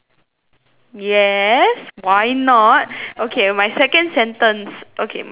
yes why not okay my second sentence okay my second sentence